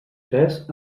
tres